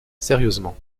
sérieusement